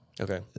Okay